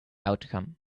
outcome